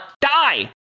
die